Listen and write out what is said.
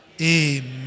Amen